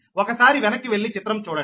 ఒకసారి వెనక్కి వెళ్లి చిత్రం చూడండి